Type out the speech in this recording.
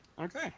okay